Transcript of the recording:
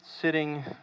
sitting